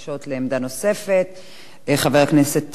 חבר הכנסת דב חנין, הבעת עמדה, בבקשה.